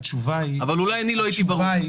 אבל אולי אני לא הייתי ברור.